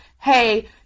hey